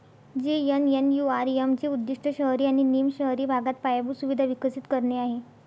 JNNURM चे उद्दीष्ट शहरी आणि निम शहरी भागात पायाभूत सुविधा विकसित करणे आहे